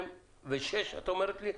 מ-2006 את אומרת לי?